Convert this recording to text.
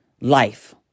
life